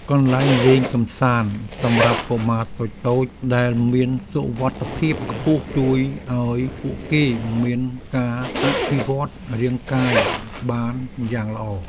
កន្លែងលេងកម្សាន្តសម្រាប់កុមារតូចៗដែលមានសុវត្ថិភាពខ្ពស់ជួយឱ្យពួកគេមានការអភិវឌ្ឍរាងកាយបានយ៉ាងល្អ។